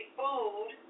food